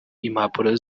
impapuro